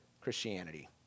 Christianity